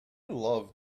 loved